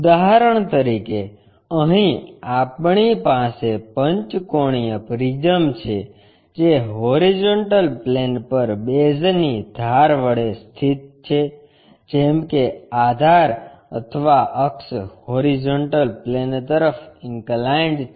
ઉદાહરણ તરીકે અહીં આપણી પાસે પંચકોણિય પ્રિઝમ છે જે હોરીઝોન્ટલ પ્લેન પર બેઝની ધાર વડે સ્થિત છે જેમ કે આધાર અથવા અક્ષ હોરીઝોન્ટલ પ્લેન તરફ ઇન્કલાઇન્ડ છે